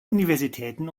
universitäten